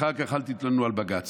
אחר כך אל תתלוננו על בג"ץ.